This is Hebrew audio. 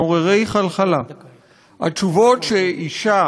התשובות שאישה